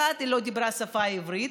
היא לא דיברה את השפה העברית,